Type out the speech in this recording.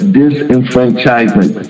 disenfranchisement